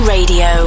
Radio